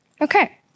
Okay